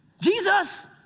Jesus